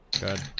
Good